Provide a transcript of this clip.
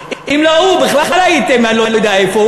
אם לא הוא, בכלל הייתם אני לא יודע איפה.